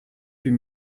huit